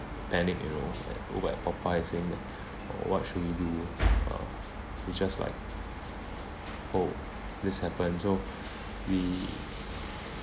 panicked you know at over at popeyes saying that oh what should we do uh we just like oh this happened so we